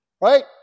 Right